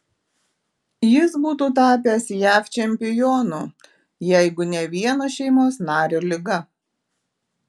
jis būtų tapęs jav čempionu jeigu ne vieno šeimos nario liga